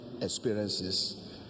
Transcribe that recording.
experiences